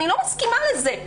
אני לא מסכימה לזה.